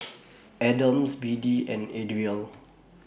Adams Biddie and Adriel